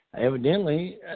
Evidently